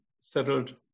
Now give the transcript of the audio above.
settled